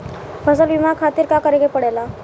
फसल बीमा खातिर का करे के पड़ेला?